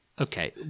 okay